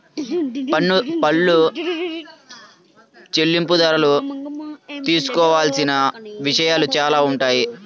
పన్ను చెల్లింపుదారులు తెలుసుకోవాల్సిన విషయాలు చాలానే ఉంటాయి